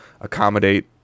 accommodate